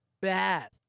Bad